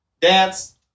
dance